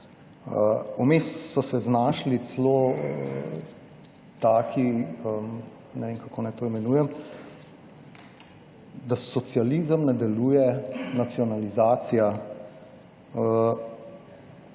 vmes so se znašli celo taki, ne vem, kako naj to imenujem, da socializem ne deluje, nacionalizacija.